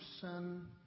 sin